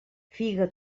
figa